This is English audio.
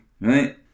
right